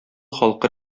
халкы